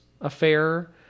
affair